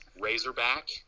razorback